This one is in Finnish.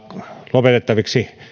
lopetettaviksi